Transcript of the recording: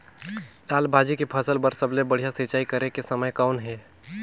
लाल भाजी के फसल बर सबले बढ़िया सिंचाई करे के समय कौन हे?